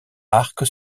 arc